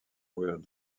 word